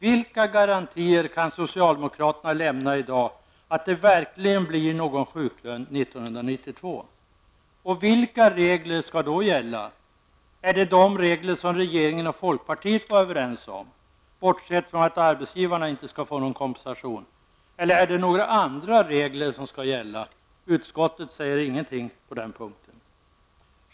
Vilka garantier kan socialdemokraterna i dag lämna för att det verkligen blir någon sjuklön 1992? Vilka regler skall då gälla? Är det de regler som regeringen och folkpartiet var överens om -- bortsett från att arbetsgivarna inte skall få någon kompensation? Eller är det några andra regler som skall gälla? Utskottet säger ingenting på den punkten.